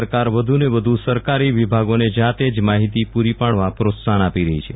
સરકાર વધુને વધુ સરકારી વિભાગોને જાતે જ માહિતી પુરી પાડવા પ્રોત્સાહન આપી રહી છે